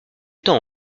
temps